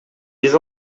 биз